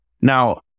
Now